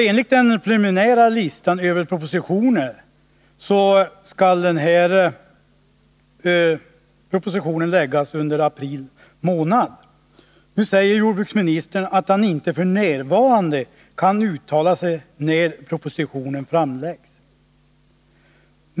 Enligt den preliminära listan över propositioner skall denna proposition läggas fram under april månad. Nu säger jordbruksministern att han f. n. inte kan uttala sig om när propositionen framläggs.